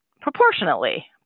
proportionately